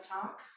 Talk